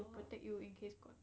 protect you in case got